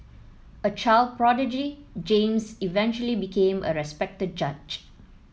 a child prodigy James eventually became a respected judge